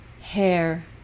hair